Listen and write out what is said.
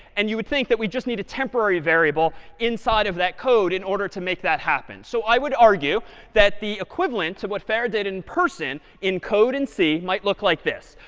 and you would think that we just need a a temporary variable inside of that code in order to make that happen. so i would argue that the equivalent to what farrah did in person, in code in c, might look like this.